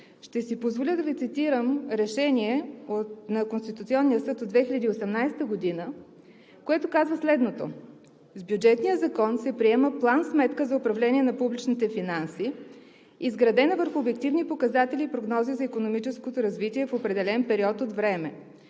ще си позволя да Ви цитирам решение на Конституционния съд от 2018 г., което казва следното: „С Бюджетния закон се приема план-сметка за управление на публичните финанси, изградена върху обективни показатели и прогнози за икономическото развитие в определен период от време.